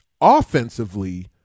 offensively